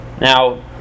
Now